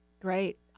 great